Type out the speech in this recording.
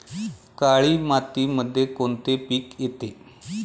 काळी मातीमध्ये कोणते पिके येते?